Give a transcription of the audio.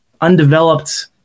undeveloped